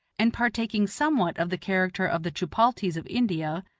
and partaking somewhat of the character of the chupalties of india,